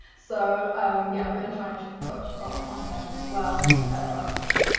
so yeah i'm going to try and to touch up on them as well throughout the talk.